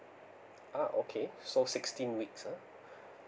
ah okay so sixteen weeks ah